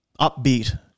upbeat